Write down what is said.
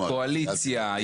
קואליציה,